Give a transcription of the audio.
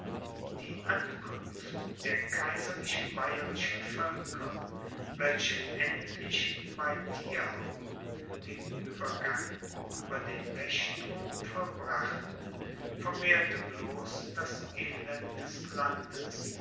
die ankunft der kaiserlich bayerischen völker welche endlich bei thierhaupten den uebergang über den lechstrom vollbrachten vermehrte bloß das elend des landes